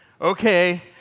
okay